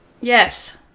Yes